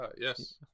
yes